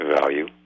value